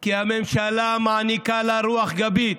כי הממשלה מעניקה לה רוח גבית.